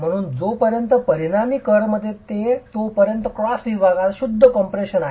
म्हणून जोपर्यंत परिणामी केर्नमध्ये आहे तोपर्यंत क्रॉस विभागात शुद्ध कॉम्प्रेशन आहे